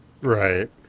Right